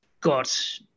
got